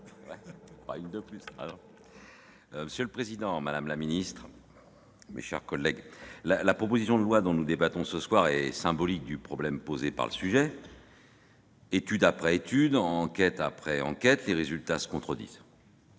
Monsieur le président, madame la secrétaire d'État, mes chers collègues, la proposition de loi dont nous débattons ce soir est symbolique du problème posé par le sujet : études après études, enquêtes après enquêtes, les résultats se contredisent.